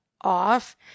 off